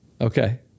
Okay